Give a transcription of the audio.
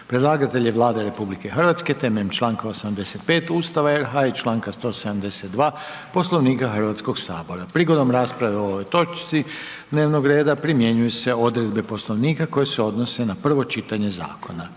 Predlagatelj je Vlada RH na temelju članka 85. Ustava RH i članaka 172. Poslovnika Hrvatskog sabora. Prigodom rasprave o ovoj točci dnevnog reda primjenjuju se primjenjuju se odredbe poslovnika koje se odnose na prvo čitanje zakona.